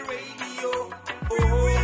Radio